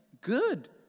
Good